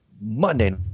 Monday